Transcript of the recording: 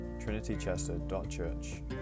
trinitychester.church